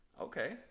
Okay